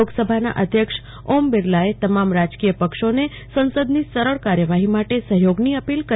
લોકસભાના અધ્યક્ષ ઓમ બિરલાએ તમામ રાજકીય પક્ષોને સંસદની સરળ કાર્યવાહી માટે સહયોગની અપીલ કરી હતી